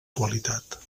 qualitat